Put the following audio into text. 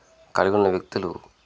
కలిగి ఉన్న వ్యక్తులు